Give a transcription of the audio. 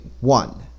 one